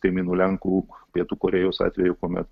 kaimynų lenkų pietų korėjos atveju kuomet